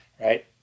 right